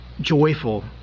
joyful